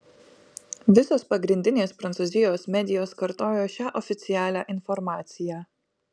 visos pagrindinės prancūzijos medijos kartojo šią oficialią informaciją